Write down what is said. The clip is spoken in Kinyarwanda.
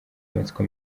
amatsiko